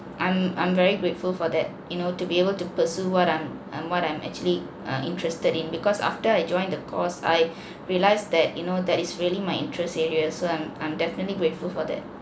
I'm I'm very grateful for that you know to be able to pursue what I'm what I'm actually uh interested in because after I joined the course I realised that you know that is really my interest area so I'm I'm definitely grateful for that